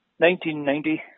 1990